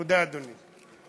תודה, אדוני.